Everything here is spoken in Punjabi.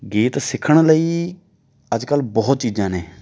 ਗੀਤ ਸਿੱਖਣ ਲਈ ਅੱਜ ਕੱਲ੍ਹ ਬਹੁਤ ਚੀਜ਼ਾਂ ਨੇ